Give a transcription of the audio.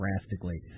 drastically